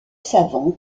savants